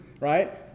right